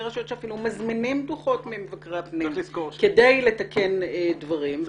רשויות שאפילו מזמינים דוחות ממבקרי הפנים כדי לתקן דברים.